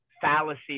fallacy